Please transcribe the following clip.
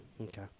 Okay